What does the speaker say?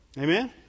Amen